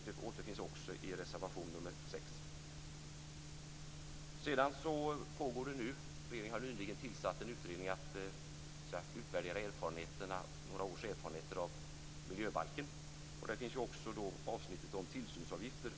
Detta återfinns i reservation nr 6. Regeringen har nyligen tillsatt en utredning för att utvärdera några års erfarenheter av miljöbalken. Den pågår nu. Där finns också avsnittet om tillsynsavgifter.